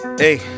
Hey